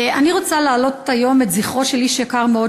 אני רוצה להעלות היום את זכרו של איש יקר מאוד